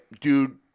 Dude